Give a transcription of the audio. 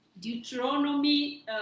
Deuteronomy